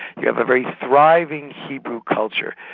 you have a very thriving hebrew culture.